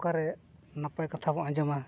ᱚᱠᱟᱨᱮ ᱱᱟᱯᱟᱭ ᱠᱟᱛᱷᱟ ᱵᱚᱱ ᱟᱸᱡᱚᱢᱟ